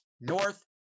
north